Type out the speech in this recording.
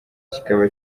kikaba